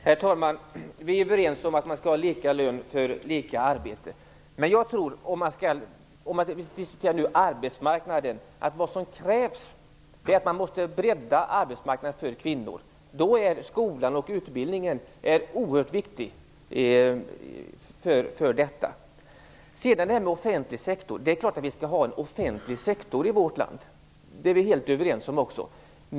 Herr talman! Vi är överens om att man skall ha lika lön för lika arbete. Men vad som krävs tror jag är att man breddar arbetsmarknaden för kvinnor. Då är skola och utbildning oerhört viktiga. När det gäller den offentliga sektorn vill jag säga att vi naturligtvis skall ha en offentlig sektor i vårt land. Det är vi helt överens om.